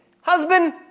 husband